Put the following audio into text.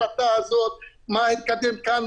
מה התקדם כאן,